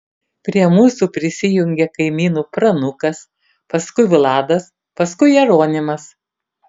prie mūsų prisijungė kaimynų pranukas paskui vladas paskui jeronimas